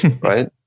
right